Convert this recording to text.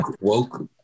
woke